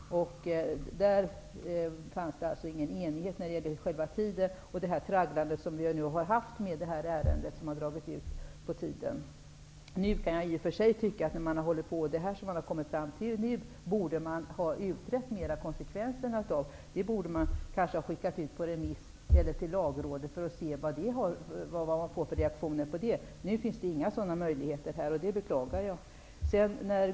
När det gäller den tid som detta tagit -- det har ju varit ett tragglande -- fanns det således ingen enighet. I och för sig tycker jag att konsekvenserna av det förslag som man nu har kommit fram till borde ha utretts mera. Kanske skulle man ha skickat ut förslaget på remiss. Lagrådet t.ex. kunde ha fått yttra sig. Då hade vi fått del av dess reaktioner. Nu finns inga sådana möjligheter, och det beklagar jag.